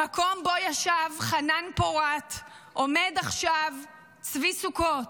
במקום שבו ישב חנן פורת עומד עכשיו צבי סוכות,